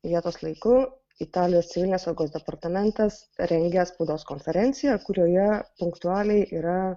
vietos laiku italijos civilinės saugos departamentas rengia spaudos konferenciją kurioje punktualiai yra